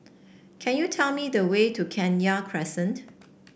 can you tell me the way to Kenya Crescent